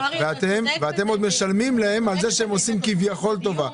ואתם עוד משלמים להם על זה שהם עושים כביכול טובה.